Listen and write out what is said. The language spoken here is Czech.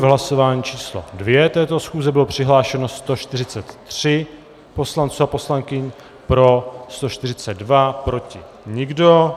V hlasování číslo 2 této schůze bylo přihlášeno 143 poslanců a poslankyň, pro 142, proti nikdo.